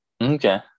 Okay